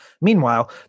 Meanwhile